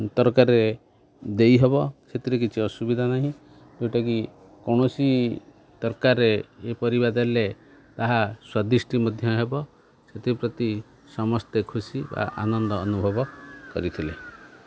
ତରକାରୀରେ ଦେଇହବ ସେଥିରେ କିଛି ଅସୁବିଧା ନାହିଁ ଯେଉଁଟାକି କୌଣସି ତରକାରୀରେ ଇଏ ପରିବା ଦେଲେ ତାହା ସ୍ୱାଦିଷ୍ଟି ମଧ୍ୟ ହେବ ସେଥିପ୍ରତି ସମସ୍ତେ ଖୁସି ବା ଆନନ୍ଦ ଅନୁଭବ କରିଥିଲେ